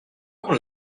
quand